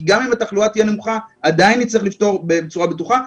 כי גם אם התחלואה תהיה נמוכה עדיין נצטרך לפתוח בצורה בטוחה.